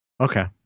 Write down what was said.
Okay